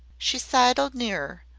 she sidled nearer,